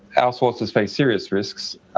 our sources face serious risks,